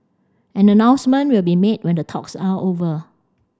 an announcement will be made when the talks are over